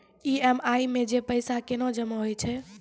EMI मे जे पैसा केना जमा होय छै?